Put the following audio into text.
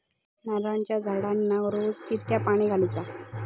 नारळाचा झाडांना रोज कितक्या पाणी घालुचा?